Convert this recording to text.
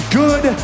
good